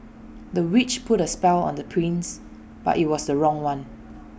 the witch put A spell on the prince but IT was the wrong one